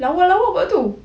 lawa lawa pulak tu